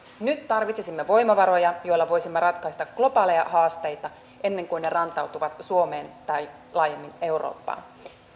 nyt tarvitsisimme voimavaroja joilla voisimme ratkaista globaaleja haasteita ennen kuin ne rantautuvat suomeen tai laajemmin eurooppaan